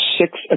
six